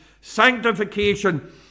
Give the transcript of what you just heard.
Sanctification